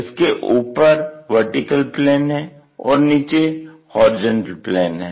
इसके ऊपर VP है और नीचे HP है